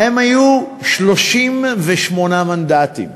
היו להם 38 מנדטים,